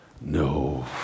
No